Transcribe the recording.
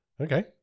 Okay